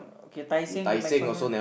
okay Tai-Seng to MacPherson